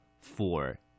four